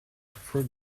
for